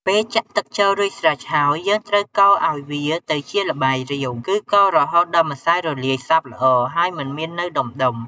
ពេលចាក់ទឹកចូលរួចស្រេចហើយ យើងត្រូវកូរឱ្យវាទៅជាល្បាយរាវ គឺកូររហូតដល់ម្សៅរលាយសព្វល្អ ហើយមិនមាននៅដំុៗ។